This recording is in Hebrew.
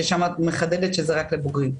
ששם את מחדדת שזה רק לבוגרים.